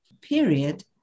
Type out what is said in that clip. period